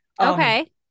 Okay